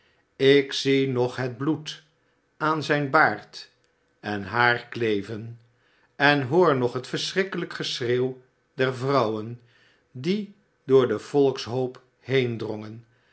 ik zie nog het bloed aan zijn baard en haar kleven en hoor nog het vreeselnk geschreeuw der vrouwen die door den volkshoop heendrongen